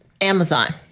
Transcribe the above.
Amazon